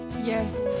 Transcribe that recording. Yes